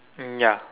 mm ya